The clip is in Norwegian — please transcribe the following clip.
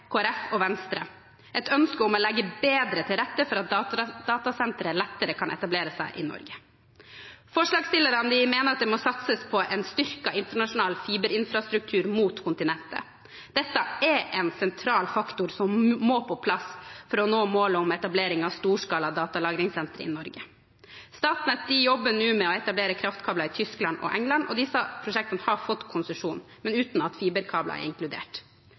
og Venstre: et ønske om å legge bedre til rette for at datasentre lettere kan etablere seg i Norge. Forslagsstillerne mener at det må satses på en styrket internasjonal fiberinfrastruktur mot kontinentet. Dette er en sentral faktor, som må på plass for å nå målet om etablering av storskala datalagringssentre i Norge. Statnett jobber nå med å etablere kraftkabler i Tyskland og i England. Disse prosjektene har fått konsesjon, men uten at fiberkabler er inkludert.